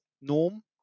norm